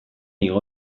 igo